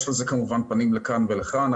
יש לזה כמובן פנים לכאן ולכאן,